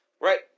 right